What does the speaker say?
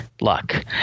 luck